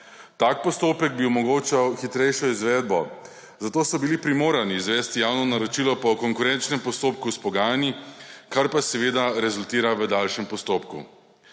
Tak postopek bi omogočal hitrejšo izvedbo, zato so bili primorani izvesti javno naročilo po konkurenčnem postopku s pogajanji, kar pa seveda rezultira v daljšem postopku.